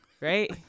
right